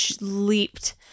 leaped